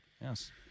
Yes